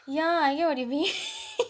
yeah I get what you mean